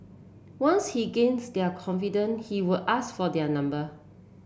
once he gained their confident he will ask for their number